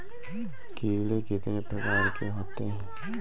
कीड़े कितने प्रकार के होते हैं?